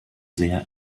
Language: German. sehr